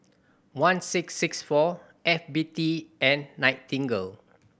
one six six four F B T and Nightingale